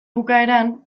bukaeran